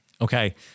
Okay